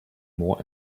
more